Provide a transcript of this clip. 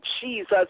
Jesus